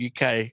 UK